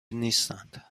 نیستند